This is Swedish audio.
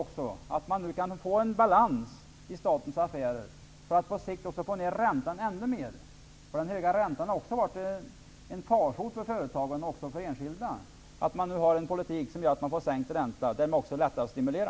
Nu kan det bli en balans i statens affärer som på sikt också får ner räntan ännu mer. Den höga räntan har varit en farsot för företagen och också för enskilda. Nu har vi en politik som gör att det blir sänkt ränta. Därmed är det också lättare att stimulera.